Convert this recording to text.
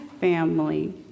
family